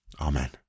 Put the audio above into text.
Amen